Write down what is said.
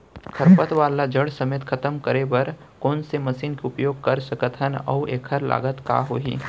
खरपतवार ला जड़ समेत खतम करे बर कोन से मशीन के उपयोग कर सकत हन अऊ एखर लागत का होही?